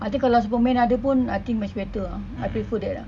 I think kalau superman ada pun I think much better ah I prefer that ah